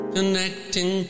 Connecting